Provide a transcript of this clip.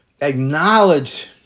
acknowledge